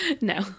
No